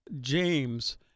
James